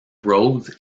rhodes